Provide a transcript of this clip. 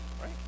right